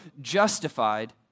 justified